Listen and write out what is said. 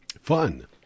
Fun